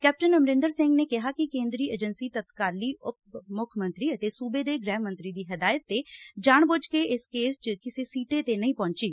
captain Amarinder Singh ਨੇ ਕਿਹਾ ਕਿ ਕੇਂਦਰੀ ਏਜੰਸੀ ਤਤਕਾਲੀ ਉਪ ਮੁੱਖ ਮੰਤਰੀ ਅਤੇ ਸੁਬੇ ਦੇ ਗੁਹਿ ਮੰਤਰੀ ਦੀ ਹਦਾਇਤ ਤੇ ਜਾਣ ਬੁੱਝ ਕੇ ਇਸ ਕੇਸ ਚ ਕਿਸੇ ਸਿੱਟੇ ਤੇ ਨਹੀ ਪਹੁੰਚੀ